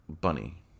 bunny